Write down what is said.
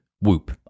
Whoop